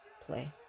play